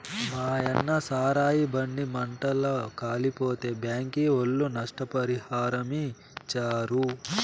మాయన్న సారాయి బండి మంటల్ల కాలిపోతే బ్యాంకీ ఒళ్ళు నష్టపరిహారమిచ్చారు